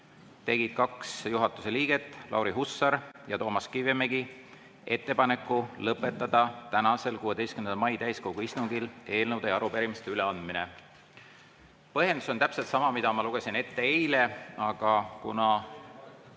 tegid kaks juhatuse liiget, Lauri Hussar ja Toomas Kivimägi, ettepaneku lõpetada tänasel, 16. mai täiskogu istungil eelnõude ja arupärimiste üleandmine. Põhjendus on täpselt sama, mille ma lugesin ette eile, aga kuna